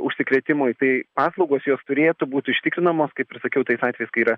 užsikrėtimui tai paslaugos jos turėtų būt užtikrinamos kaip ir sakiau tais atvejais kai yra